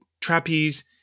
Trapeze